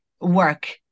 work